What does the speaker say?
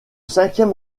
cinquième